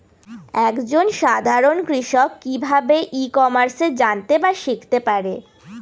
এক জন সাধারন কৃষক কি ভাবে ই কমার্সে জানতে বা শিক্ষতে পারে?